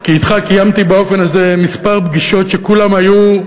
כי אתך קיימתי באופן הזה כמה פגישות שכולן היו,